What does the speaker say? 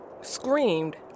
screamed